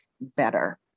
better